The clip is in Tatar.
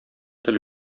тел